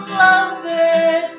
lovers